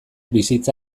bizitza